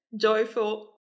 joyful